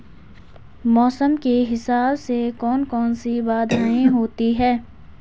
मौसम के हिसाब से कौन कौन सी बाधाएं होती हैं?